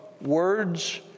words